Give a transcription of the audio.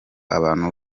abantu